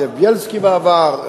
זאב בילסקי בעבר,